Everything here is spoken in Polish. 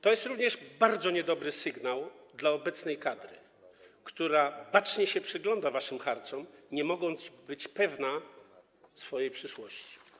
To jest również bardzo niedobry sygnał dla obecnej kadry, która bacznie się przygląda waszym harcom, nie mogąc być pewna swojej przyszłości.